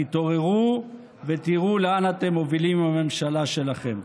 תתעוררו ותראו לאן אתם מובילים עם הממשלה שלכם.